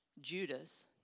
Judas